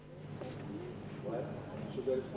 שלום כבודו.